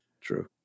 True